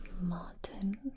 Martin